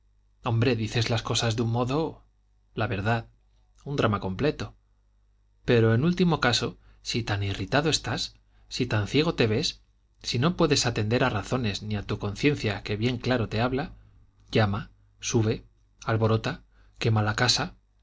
hombre dices las cosas de un modo la verdad un drama completo pero en último caso si tan irritado estás si tan ciego te ves si no puedes atender a razones ni a tu conciencia que bien claro te habla llama sube alborota quema la casa